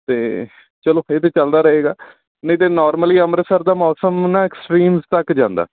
ਅਤੇ ਚਲੋ ਇਹ ਤਾਂ ਚੱਲਦਾ ਰਹੇਗਾ ਨਹੀਂ ਤਾਂ ਨੋਰਮਲੀ ਅੰਮ੍ਰਿਤਸਰ ਦਾ ਮੌਸਮ ਨਾ ਐਕਸਟ੍ਰੀਮਸ ਤੱਕ ਜਾਂਦਾ